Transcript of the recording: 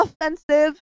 offensive